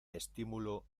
estímulo